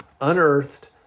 unearthed